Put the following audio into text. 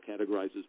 categorizes